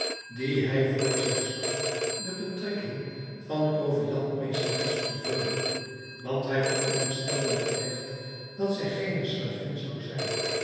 die hij voor zich zag de betrekking van proviantmeesteres vervulde want hij veronderstelde met regt dat zij geene slavin zou zijn